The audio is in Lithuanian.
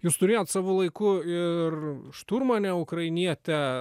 jūs turėjot savo laiku ir šturmanę ukrainietę